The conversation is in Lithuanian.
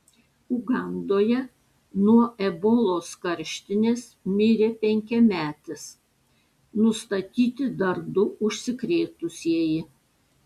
ugandoje nuo ebolos karštinės mirė penkiametis nustatyti dar du užsikrėtusieji